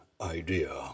idea